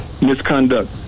misconduct